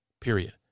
Period